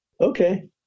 Okay